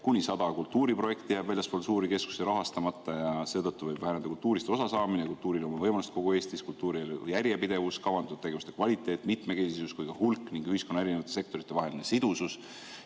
kuni 100 kultuuriprojekti jääb väljaspool suuri keskusi rahastamata ja seetõttu võivad väheneda kultuurist osasaamine, kultuuriloomevõimalused kogu Eestis, kultuurielu järjepidevus, kavandatud tegevuste kvaliteet, mitmekesisus ja ka hulk ning ühiskonna eri sektorite vaheline sidusus.